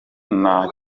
nta